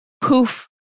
poof